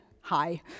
hi